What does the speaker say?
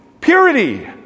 purity